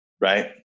right